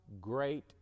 Great